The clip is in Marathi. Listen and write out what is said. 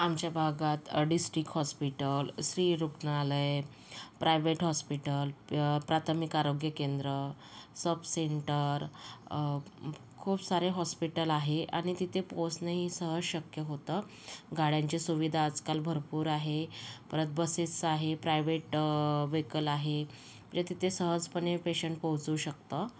आमच्या भागात अडीस्टिक हॉस्पिटल स्त्री रुग्णालय प्रायव्हेट हॉस्पिटल प्राथमिक आरोग्य केंद्र सब सेंटर खूप सारे हॉस्पिटल आहे आणि तिथे पोहोचणेही शक्य होतं गाड्यांची सुविधा आजकाल भरपूर आहे परत बसेस आहे प्रायव्हेट वेहिकल आहे परत तिथे सहजपणे पेशंट पोहोचू शकतं